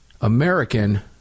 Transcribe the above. American